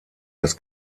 das